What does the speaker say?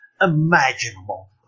imaginable